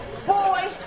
boy